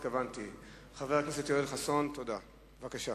חבר הכנסת יואל חסון, בבקשה.